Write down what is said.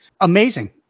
Amazing